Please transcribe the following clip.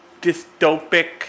dystopic